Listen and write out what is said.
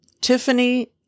Tiffany